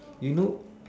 you know